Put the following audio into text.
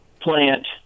plant